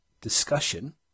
discussion